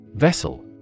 Vessel